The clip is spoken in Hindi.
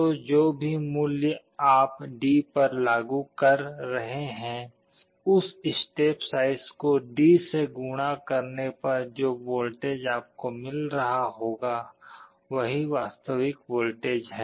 तो जो भी मूल्य आप D पर लागू कर रहे हैं उस स्टेप साइज को D से गुणा करने पर जो वोल्टेज आपको मिल रहा होगा वही वास्तविक वोल्टेज है